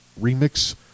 remix